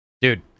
Dude